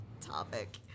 topic